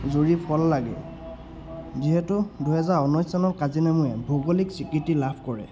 জুৰি ফল লাগে যিহেতু দুহেজাৰ ঊনৈছ চনত কাজিনেমুৱে ভৌগোলিক স্বীকৃতি লাভ কৰে